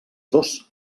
dos